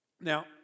Now